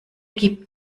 gibt